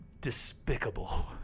despicable